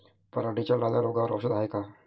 पराटीच्या लाल्या रोगावर औषध हाये का?